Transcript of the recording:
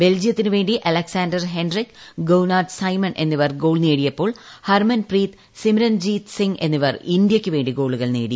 ബെൽജിയത്തിനുവേണ്ടി Alexander Hendrickx Gougnard Simon എന്നിവർ goal നേടിയപ്പോൾ Harmanpreet Simranjeet Singh എന്നിവർ ഇന്ത്യയ്ക്കുവേണ്ടി ഗോളുകൾ നേടി